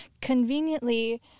Conveniently